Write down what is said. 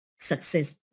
success